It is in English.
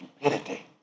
stupidity